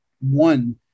one